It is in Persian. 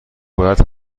باید